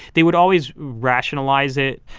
they would always rationalize it.